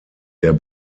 der